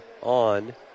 on